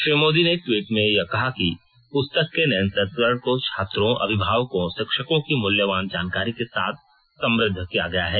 श्री मोदी ने ट्वीट में कहा कि पुस्तक के नए संस्करण को छात्रों अभिभावकों और शिक्षकों की मूल्यवान जानकारी के साथ समृद्ध किया गया है